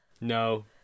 no